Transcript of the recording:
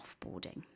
offboarding